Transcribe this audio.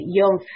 young